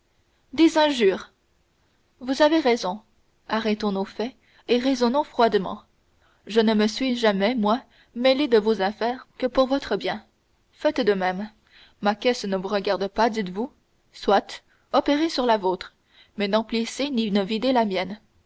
des injures vous avez raison arrêtons nos faits et raisonnons froidement je ne me suis jamais moi mêlé de vos affaires que pour votre bien faites de même ma caisse ne vous regarde pas dites-vous soit opérez sur la vôtre mais n'emplissez ni ne videz la mienne